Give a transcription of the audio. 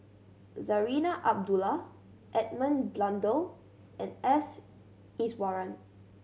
Zarinah Abdullah Edmund Blundell and S Iswaran